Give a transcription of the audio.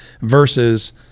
versus